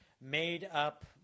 made-up